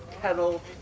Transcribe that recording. Kettle